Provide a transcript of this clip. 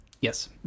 yes